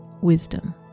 wisdom